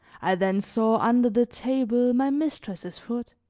i then saw under the table my mistress's foot